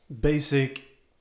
basic